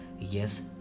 Yes